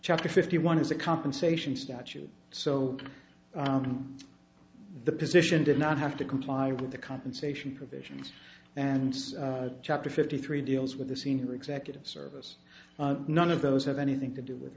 chapter fifty one is a compensation statute so the position did not have to comply with the compensation provisions and chapter fifty three deals with the senior executive service none of those have anything to do with